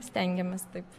stengiamės taip